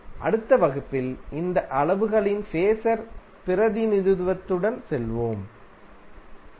அடுத்த வகுப்பில் இந்த அளவுகளின் பேஸர் பிரதிநிதித்துவத்துடன் செல்வோம் நன்றி